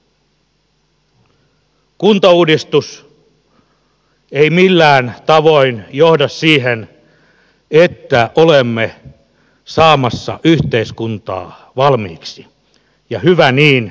kuntauudistus ei millään tavoin johda siihen että olemme saamassa yhteiskuntaa valmiiksi ja hyvä niin